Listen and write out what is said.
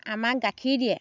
আমাক গাখীৰ দিয়ে